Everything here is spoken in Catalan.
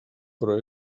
però